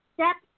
Step